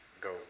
go